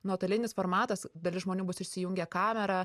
nuotolinis formatas dalis žmonių bus išsijungę kamerą